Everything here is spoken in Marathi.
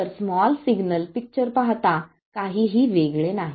तर स्मॉल सिग्नल पिक्चर पाहता काहीही वेगळे नाही